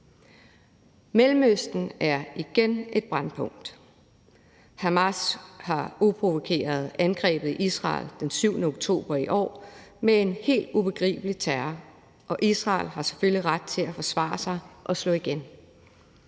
Mellemøsten er igen et brændpunkt. Hamas har uprovokeret angrebet Israel den 7. oktober i år med en helt ubegribelig terror, og Israel har selvfølgelig ret til at forsvare sig og slå igen.